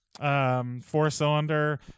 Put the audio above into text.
four-cylinder